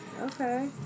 Okay